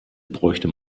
bräuchte